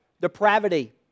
depravity